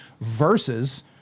versus